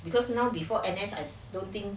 because now before N_S I don't think